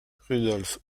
rudolf